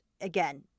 Again